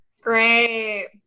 Great